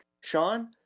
Sean